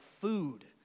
food